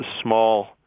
small